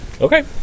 Okay